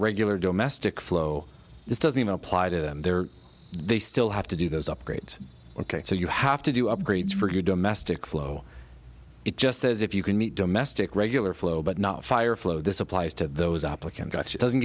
regular domestic flow it doesn't even apply to them there they still have to do those upgrades ok so you have to do upgrades for your domestic flow it just says if you can meet domestic regular flow but not fire flow this applies to those applicants doesn't